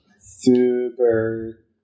Super